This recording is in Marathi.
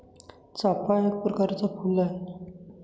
चाफा एक प्रकरच फुल आहे